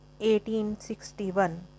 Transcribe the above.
1861